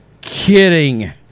kidding